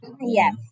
yes